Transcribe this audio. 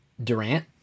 Durant